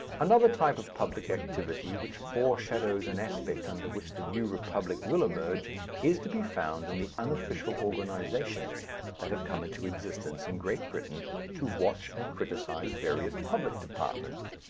another type of public activity which foreshadows an aspect under which the new republic will emerge is to be found in the unofficial organizations that have come into existence in great britain to watch and criticize various public departments.